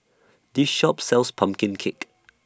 This Shop sells Pumpkin Cake